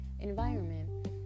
environment